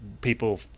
people